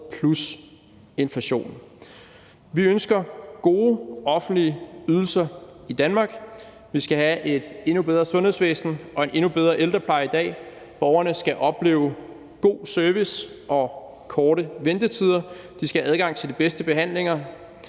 plus inflation. Vi ønsker gode offentlige ydelser i Danmark. Vi skal have et endnu bedre sundhedsvæsen og en endnu bedre ældrepleje end i dag. Borgerne skal opleve god service og korte ventetider. De skal have adgang til de bedste behandlinger,